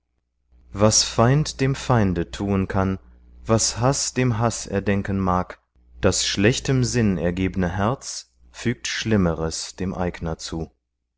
was feind dem feinde tuen kann was haß dem haß erdenken mag das schlechtem sinn ergebne herz fügt schlimmeres dem eigner zu